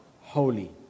holy